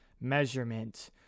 measurement